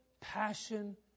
passion